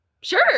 Sure